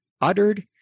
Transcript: uttered